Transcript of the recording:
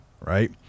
right